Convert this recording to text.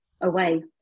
away